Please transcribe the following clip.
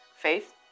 faith